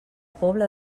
pobla